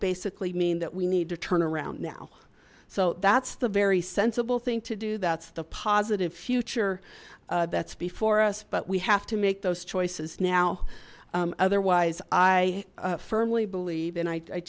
basically mean that we need to turn around now so that's the very sensible thing to do that's the positive future that's before us but we have to make those choices now otherwise i firmly believe and i